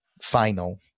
final